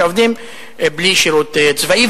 שעובדים בלי שירות צבאי.